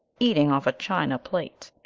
eating off a china plate.